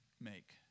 make